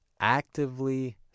actively